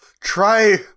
Try